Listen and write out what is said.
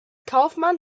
kaufmann